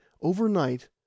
overnight